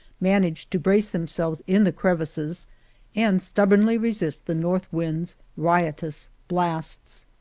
managed to brace themselves in the crevices and stubbornly resist the north wind's riotous blasts.